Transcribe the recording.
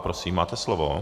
Prosím, máte slovo.